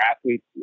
athletes